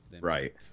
Right